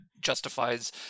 justifies